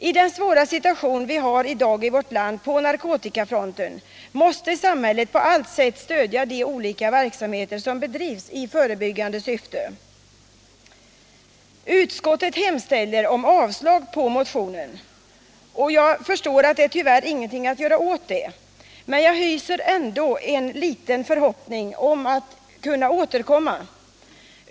I den svåra situation vi har i dag i vårt land på narkotikafronten måste samhället på allt sätt stödja de olika verksamheter som bedrivs i förebyggande syfte. Utskottet hemställer om avslag på motionen, och jag förstår att ingenting tyvärr är att göra åt det. Men jag hyser ändå en liten förhoppning om att kunna återkomma.